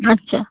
আচ্ছা